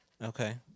Okay